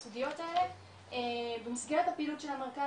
את הסוגיות האלה במסגרת הפעילות של המרכז,